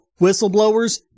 whistleblowers